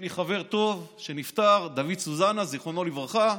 יש לי חבר טוב שנפטר, דוד סוזנה, זיכרונו לברכה,